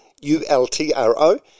U-L-T-R-O